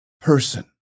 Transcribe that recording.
person